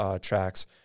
Tracks